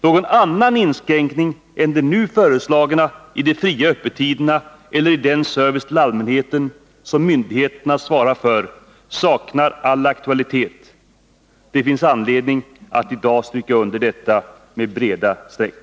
Någon annan inskränkning än den nu föreslagna i de fria öppettiderna eller i den service till allmänheten som myndigheterna svarar för saknar all aktualitet. Det finns anledning att i dag stryka under detta med breda streck.